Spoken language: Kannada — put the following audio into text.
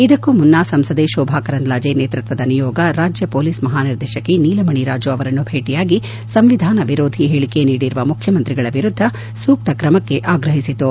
ಇದಕ್ಕೂ ಮುನ್ನ ಸಂಸದೆ ಶೋಭಾ ಕರಂದ್ಲಾಜೆ ನೇತೃತ್ವದ ನಿಯೋಗ ರಾಜ್ಯ ಮೋಲಿಸ್ ಮಹಾನಿರ್ದೇಶಕಿ ನೀಲಮಣಿ ರಾಜು ಅವರನ್ನು ಭೇಟಿಯಾಗಿ ಸಂವಿಧಾನ ವಿರೋಧಿ ಹೇಳಿಕೆ ನೀಡಿರುವ ಮುಖ್ಚಮಂತ್ರಿಗಳ ವಿರುದ್ದ ಸೂಕ್ತ ಕ್ರಮಕ್ಕೆ ಆಗ್ರಹಿಸಿತು